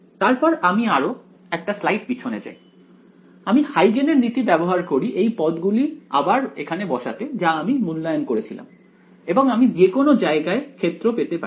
তারপর আমি আরো একটা স্লাইড পিছনে যাই আমি হাইগেনের নীতি ব্যবহার করি এই পদ গুলি আবার এখানে বসাতে যা আমি মূল্যায়ন করেছিলাম এবং আমি যেকোনো জায়গায় ক্ষেত্র পেতে পারি